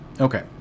okay